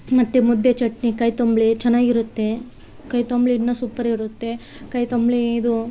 ಮತ್ತು ಮುದ್ದೆ ಚಟ್ನಿ ಕೈ ತೊಂಬುಳಿ ಚೆನ್ನಾಗಿರುತ್ತೆ ಕೈ ತೊಂಬುಳಿ ಇನ್ನು ಸೂಪರ್ ಇರುತ್ತೆ ಕೈ ತೊಂಬುಳಿ ಇದು